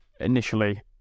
initially